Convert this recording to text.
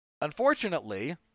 Unfortunately